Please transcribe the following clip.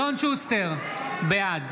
שוסטר, בעד